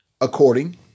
according